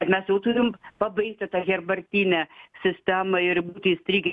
mes jau turim pabaigti tą herbartinę sistemą ir būti įstrigę